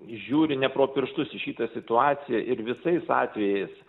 žiūri ne pro pirštus į šitą situaciją ir visais atvejais